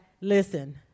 Listen